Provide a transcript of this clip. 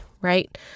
Right